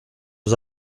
aux